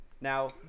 now